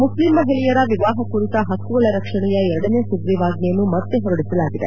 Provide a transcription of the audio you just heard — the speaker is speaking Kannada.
ಮುಸ್ಲಿಂ ಮಹಿಳೆಯರ ವಿವಾಹ ಕುರಿತ ಹಕ್ಕುಗಳ ರಕ್ಷಣೆಯ ಎರಡನೇ ಸುಗ್ರೀವಾಜ್ಞೆಯನ್ನು ಮತ್ತೆ ಹೊರಡಿಸಲಾಗಿದೆ